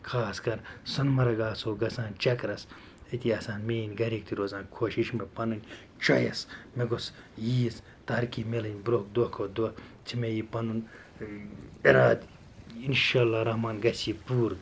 خاص کَر سۄنہٕ مَرگ آسہٕ ہاو گژھان چَکرَس أتی آسہِ ہان میٛٲنۍ گھرِکۍ تہِ روزان خۄش یہِ چھِ مےٚ پَنٕنۍ چۄایِس مےٚ گوٚژھ ییٖژ ترقی میلٕنۍ برٛۄنٛہہ دۄہ کھۄتہٕ دۄہ چھُ مےٚ یہِ پَنُن اِرادٕ اِنشاء اللہ الرحمٰن گژھہِ یہِ پوٗرٕ